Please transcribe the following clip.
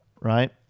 right